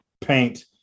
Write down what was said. paint